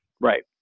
Right